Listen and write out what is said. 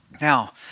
Now